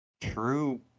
True